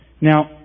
Now